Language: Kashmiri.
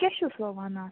کیٛاہ چھُس سُہ ونان